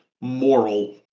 moral